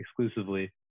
exclusively